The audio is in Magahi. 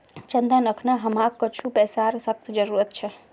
चंदन अखना हमाक कुछू पैसार सख्त जरूरत छ